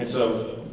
so,